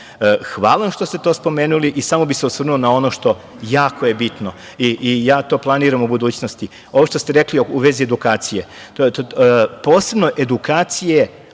vam što ste to spomenuli i samo bih se osvrnuo na ono što je jako bitno i to planiram u budućnosti, ovo što ste rekli u vezi edukacije, posebno edukacije